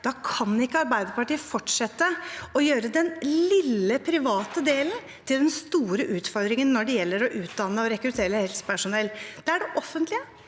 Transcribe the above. Da kan ikke Arbeiderpartiet fortsette å gjøre den lille private delen til den store utfordringen når det gjelder å utdanne og rekruttere helsepersonell. Det er det offentlige